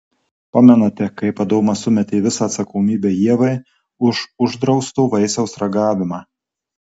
pamenate kaip adomas sumetė visą atsakomybę ievai už uždrausto vaisiaus ragavimą